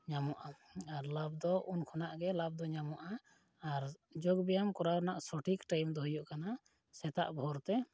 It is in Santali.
ᱧᱟᱢᱚᱜᱼᱟ ᱟᱨ ᱞᱟᱵᱽ ᱫᱚ ᱩᱱᱠᱷᱚᱱᱟᱜ ᱜᱮ ᱞᱟᱵᱽ ᱫᱚ ᱧᱟᱢᱚᱜᱼᱟ ᱟᱨ ᱡᱳᱜᱽᱵᱮᱭᱟᱢ ᱠᱚᱨᱟᱣ ᱨᱮᱱᱟᱜ ᱥᱚᱴᱷᱤᱠ ᱴᱟᱭᱤᱢ ᱫᱚ ᱦᱩᱭᱩᱜ ᱠᱟᱱᱟ ᱥᱮᱛᱟᱜ ᱵᱷᱳᱨᱛᱮ